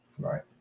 Right